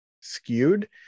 skewed